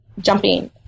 Jumping